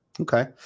Okay